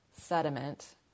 sediment